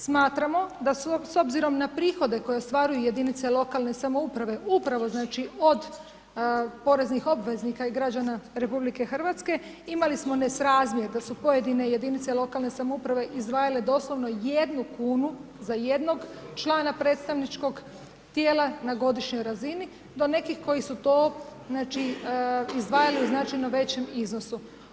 Smatramo da s obzirom na prihode koje ostvaruju jedinice lokalne samouprave, upravo znači od poreznih obveznika i građana RH, imali smo nesrazmjer, da su pojedine jedinice lokalne samouprave, izdvajale doslovno 1 kn, za jednog člana predstavničkog tijela na godišnjoj razini do nekih koji su to znači izdvajali u značajnoj većem iznosu.